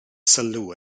sylw